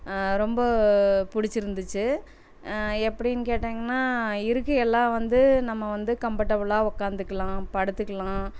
ரொம்ப பிடிச்சிருந்துச்சி எப்படினு கேட்டிங்கன்னால் இருக்கை எல்லாம் வந்து நம்ம வந்து கம்பட்டபுளாக உட்காந்துக்குலாம் படுத்துக்கலாம்